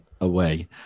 away